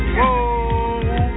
Whoa